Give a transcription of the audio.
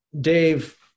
Dave